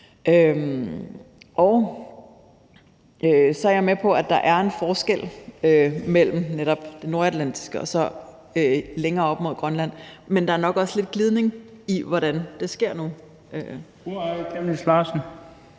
Så er jeg med på, at der er en forskel mellem netop det nordatlantiske og så længere op mod Grønland, men der er nok også lidt glidning, i forhold til hvordan det sker nu. Kl. 19:58 Den